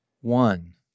One